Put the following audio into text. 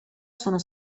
sono